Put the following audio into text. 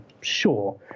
Sure